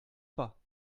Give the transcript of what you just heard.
pas